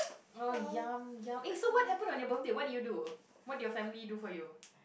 oh so what happened on your birthday what did you do what your family do for you